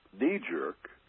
knee-jerk